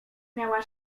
miała